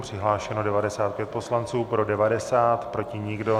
Přihlášeno 95 poslanců, pro 90, proti nikdo.